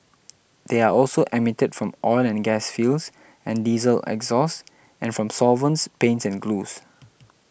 they are also emitted from oil and gas fields and diesel exhaust and from solvents paints and glues